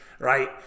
right